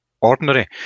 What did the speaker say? ordinary